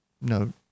No